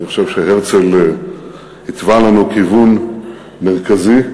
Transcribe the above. אני חושב שהרצל התווה לנו כיוון מרכזי,